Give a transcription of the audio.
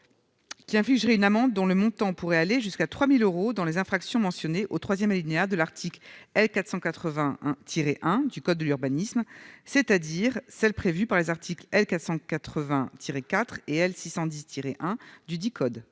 qui infligerait une amende dont le montant pourrait aller jusqu'à 3000 euros dans les infractions mentionnées au 3ème alinéa de l'Arctique L 481 tirer 1 du code de l'urbanisme, c'est-à-dire celles prévues par les articles L. 480 tiré quatre